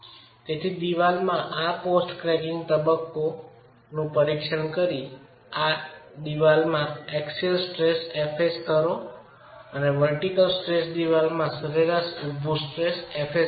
તેથી દીવાલ માં આ પોસ્ટ કેક્રિંગ તબક્કો પરીક્ષણ કરી એ ખાતે દિવાલમાં એક્સિયલ સ્ટ્રેસ fa સ્તરોવર્ટીકલ સ્ટ્રેસ દીવાલ માં સરેરાશ ઊભી સ્ટ્રેસ fa સમાન